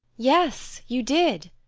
yes, you did.